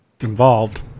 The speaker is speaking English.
involved